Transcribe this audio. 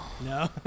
no